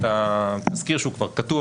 את התזכיר שהוא כבר כתוב,